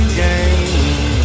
game